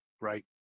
Right